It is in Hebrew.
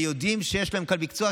ויודעים שיש להם כאן מקצוע,